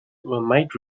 might